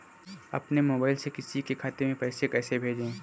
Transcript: अपने मोबाइल से किसी के खाते में पैसे कैसे भेजें?